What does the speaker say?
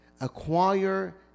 acquire